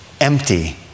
empty